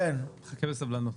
אני אחכה בסבלנות.